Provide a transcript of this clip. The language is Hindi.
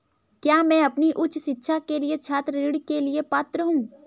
क्या मैं अपनी उच्च शिक्षा के लिए छात्र ऋण के लिए पात्र हूँ?